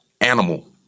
animal